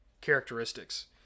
characteristics